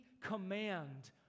command